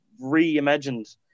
reimagined